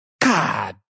God